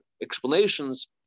explanations